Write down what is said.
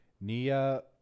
Nia